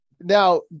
now